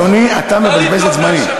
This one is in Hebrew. אדוני, אתה מבזבז את זמני.